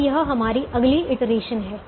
तो यह हमारी अगली इटरेशन है